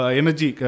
energy